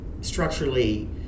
Structurally